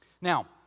Now